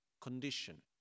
condition